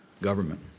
government